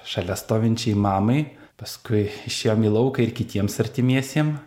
šalia stovinčiai mamai paskui išėjom į lauką ir kitiems artimiesiem